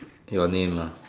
your name lah